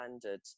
standard